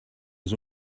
was